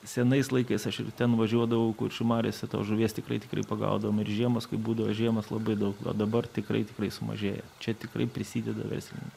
senais laikais aš ir ten važiuodavau kuršių mariose tos žuvies tikrai tikrai pagaudavom ir žiemos kai būdavo žiemas labai daug o dabar tikrai tikrai sumažėjo čia tikrai prisideda verslininkai